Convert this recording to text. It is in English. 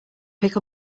pick